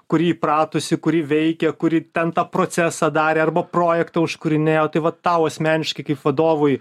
kuri įpratusi kuri veikia kuri ten tą procesą darė arba projektą užkūrinėjo tai va tau asmeniškai kaip vadovui